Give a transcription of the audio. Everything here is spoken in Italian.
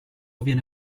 viene